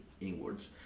inwards